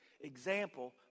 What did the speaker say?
example